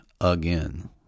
again